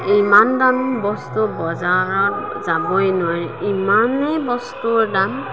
ইমান দাম বস্তু বজাৰত যাবই নোৱাৰি ইমানেই বস্তুৰ দাম